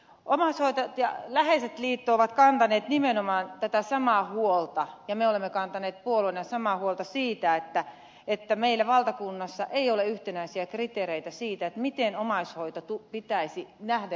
omaishoitajat ja läheiset liitto on kantanut nimenomaan tätä samaa huolta ja me olemme kantaneet puolueena samaa huolta siitä että meillä valtakunnassa ei ole yhtenäisiä kriteerejä siitä miten omaishoito pitäisi nähdä ja arvioida